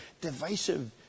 divisive